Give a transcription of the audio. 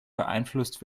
beeinflusst